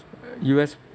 U_S